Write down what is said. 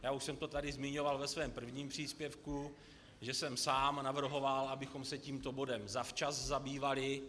Už jsem to tady zmiňoval ve svém prvním příspěvku, že jsem sám navrhoval, abychom se tímto bodem zavčas zabývali.